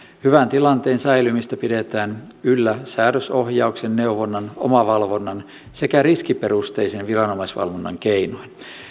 hyvän tilanteen säilymistä pidetään yllä säädösohjauksen neuvonnan omavalvonnan sekä riskiperusteisen viranomaisvalvonnan keinoin